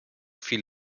fiel